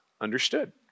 understood